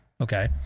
Okay